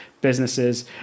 businesses